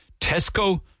Tesco